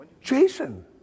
Jason